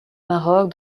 maroc